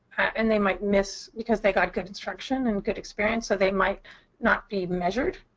and they might miss because they got good instruction and good experience, so they might not be measured.